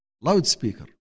loudspeaker